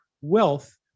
wealth